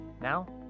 Now